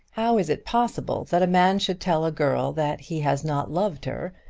how is it possible that a man should tell a girl that he has not loved her,